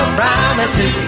promises